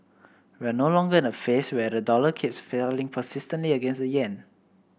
we're no longer in a phase where the dollar keeps falling persistently against the yen